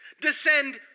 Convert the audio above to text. descend